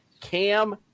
Cam